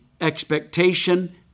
expectation